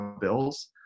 bills